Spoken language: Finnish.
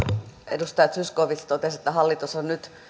edustaja zyskowicz totesi että hallitus on nyt